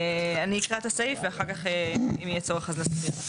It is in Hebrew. אני אקרא את הסעיף, ואחר כך אם יהיה צורך, נסביר: